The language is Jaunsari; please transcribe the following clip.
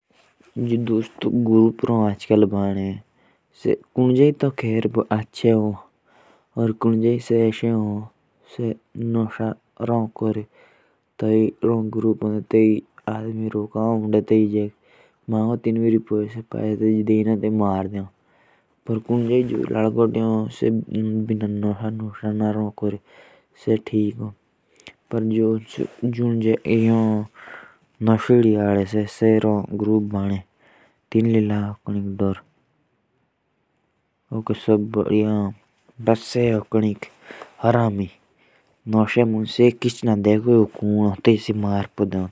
जैसे अभी जो बच्चों के ग्रुप होते हैं। तो कोई तो लड़के सरीफ होते हैं। मतलब वो लोगों की मदद करेंगे और कोई नशेड़ी होते हैं वो बहुत बेकार होते हैं।